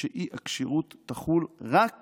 שאי-הכשירות תחול רק